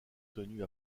tenus